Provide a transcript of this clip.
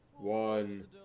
One